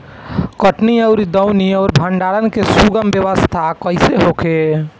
कटनी और दौनी और भंडारण के सुगम व्यवस्था कईसे होखे?